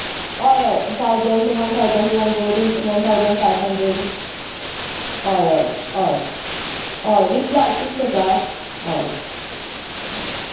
हय हय thousand one thousand two hundred one thousand five hundred हय हय हय हय वीथ ब्लावज पीस आसा हय